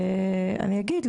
אני אגיד,